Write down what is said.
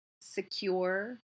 secure